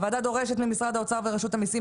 הוועדה דורשת ממשרד האוצר ורשות המיסים